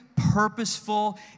Purposeful